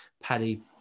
Paddy